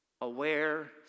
aware